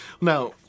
Now